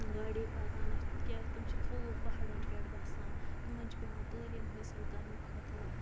گاڑے پَکان نہ کیٛازِ تِم چھِ تھود پہاڑَن پٮ۪ٹھ بَسان تِمَن چھِ پٮ۪وان تٲلیٖم حٲصِل کَرنہٕ خٲطرٕ